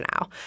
now